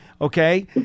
Okay